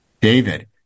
David